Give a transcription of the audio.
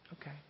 Okay